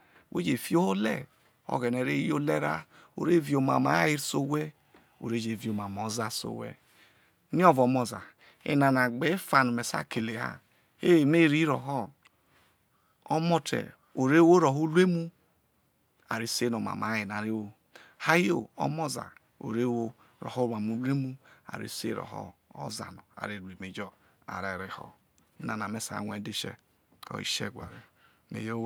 wo je fi ho ole omamo̱ aye se owhe ove je vi omame oza se ouhe oniovo omo̱ za enana egbe efa no me sai kele ha me reho omo̱ te̱ o re wo woho urumu a re se no omame aye no̱ a re wo hayo no omo za o re woho omamo ure̱mu no̱ are se woho oza no are ru eme jo̱ aro̱ reho enana me sai rie dhese kin ho sheghare me yo